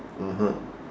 (uh huh)